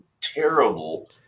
terrible